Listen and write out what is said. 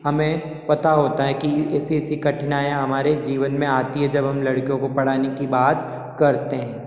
हमें पता होता है कि एसी एसी कठिनाइयाँ हमारे जीवन में आती हैं जब हम लड़कियों को पढ़ाने की बात करते हैं